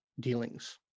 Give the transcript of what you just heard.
Dealings